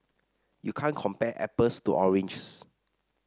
you can't compare apples to oranges